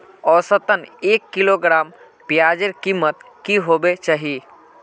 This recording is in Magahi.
औसतन एक किलोग्राम प्याजेर कीमत की होबे चही?